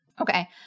Okay